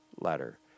letter